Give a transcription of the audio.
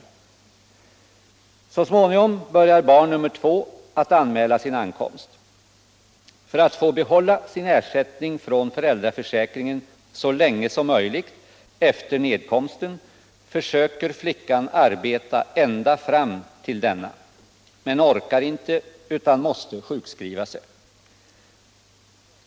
—— 2 Så småningom börjar barn nr 2 att anmäla sin ankomst. För att behålla — Föräldraförsäkringsin ersättning från föräldraförsäkringen så länge som möjligt efter ned = en, m.m. komsten försöker flickan arbeta ända fram till denna, men orkar inte utan måste sjukskriva sig.